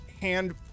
hand